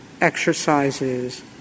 exercises